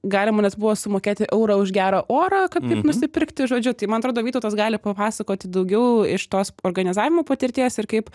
galima nes buvo sumokėti eurą už gerą orą kaip tik nusipirkti žodžiu tai man atrodo vytautas gali papasakoti daugiau iš tos organizavimo patirties ir kaip